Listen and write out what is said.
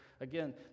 again